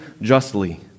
justly